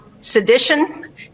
sedition